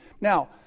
Now